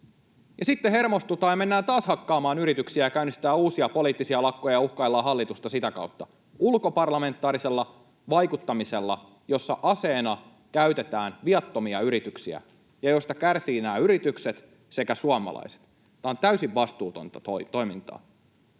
sitten hermostutaan ja mennään taas hakkaamaan yrityksiä ja käynnistetään uusia poliittisia lakkoja ja uhkaillaan hallitusta sitä kautta ulkoparlamentaarisella vaikuttamisella, jossa aseena käytetään viattomia yrityksiä ja josta kärsivät nämä yritykset sekä suomalaiset. Tämä on täysin vastuutonta toimintaa.